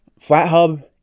FlatHub